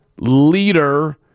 leader